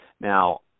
now